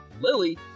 Lily